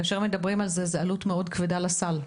מדובר בעלות מאוד כבדה לסל,